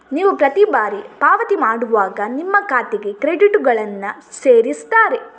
ನೀವು ಪ್ರತಿ ಬಾರಿ ಪಾವತಿ ಮಾಡುವಾಗ ನಿಮ್ಮ ಖಾತೆಗೆ ಕ್ರೆಡಿಟುಗಳನ್ನ ಸೇರಿಸ್ತಾರೆ